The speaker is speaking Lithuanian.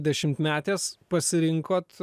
dešimtmetės pasirinkot